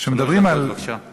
כשמדברים על